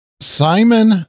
Simon